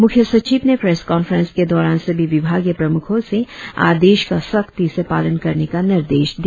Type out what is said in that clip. मुख्य सचिव ने प्रेस कॉनफ्रेंस के दौरान सभी विभागिय प्रमुखों से आदेश का सख्ती से पालन करने का निर्देश दिया